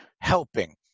helping